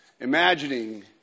imagining